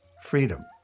freedom